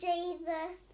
Jesus